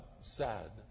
sad